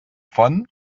font